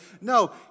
No